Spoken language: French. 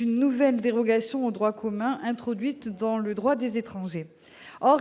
une nouvelle dérogation au droit commun introduite dans le droit des étrangers.